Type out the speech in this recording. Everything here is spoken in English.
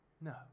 No